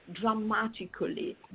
dramatically